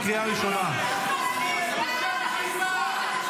אתם בזים --- אפרת רייטן, קריאה ראשונה.